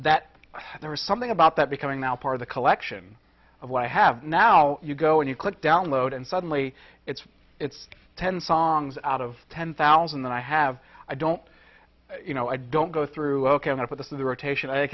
that there was something about that becoming now part of the collection of what i have now you go and you click download and suddenly it's it's ten songs out of ten thousand that i have i don't you know i don't go through ok enough with the rotation i